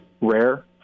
rare